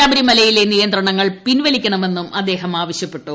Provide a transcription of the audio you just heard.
ശബരിമലയിലെ നിയന്ത്രണങ്ങൾ പിൻപ്പ്ലിക്കണമെന്നും അദ്ദേഹം ആവശ്യപ്പെട്ടു